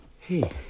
Hey